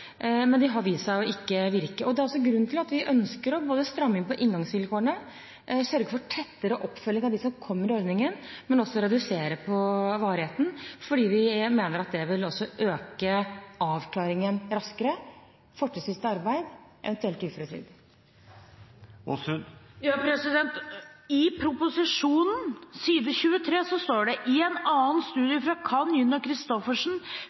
men det har vist seg ikke å virke. Det er grunnen til at vi ønsker å stramme inn på inngangsvilkårene, sørge for tettere oppfølging av dem som kommer med i ordningen, og også redusere varigheten. Vi mener det vil øke avklaringen raskere, fortrinnsvis til arbeid, eventuelt til uføretrygd. På side 23 i proposisjonen står det: «I en annen